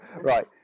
right